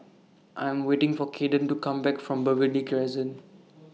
I Am waiting For Cayden to Come Back from Burgundy Crescent